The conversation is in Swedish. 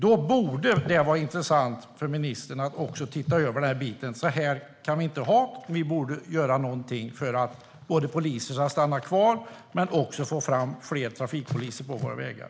Det borde vara intressant för ministern att titta över den biten. Så här kan vi inte ha det. Vi borde göra något både för att poliser ska stanna kvar och för att få fram fler trafikpoliser på våra vägar.